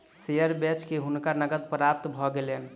share बेच के हुनका नकद प्राप्त भ गेलैन